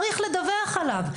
צריך לדווח עליו.